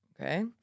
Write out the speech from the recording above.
Okay